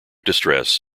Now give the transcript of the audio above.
distress